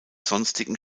sonstigen